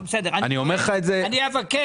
אני אומר לך את זה --- אני אבקש